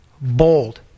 Bold